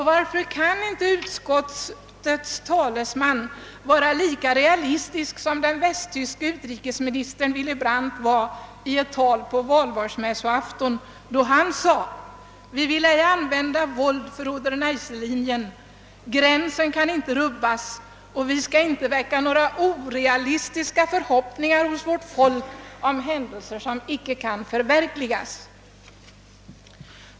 Varför kan inte utskottets talesman vara lika realistisk som den västtyske utrikesministern Willy Brandt var i ett tal på Valborgsmässoafton, då han sade: Vi vill ej använda våld för Oder— Neisselinjen, gränsen kan inte rubbas, och vi skall inte väcka några orealistiska förhoppningar hos vårt folk om händelser som icke kan förverkligas.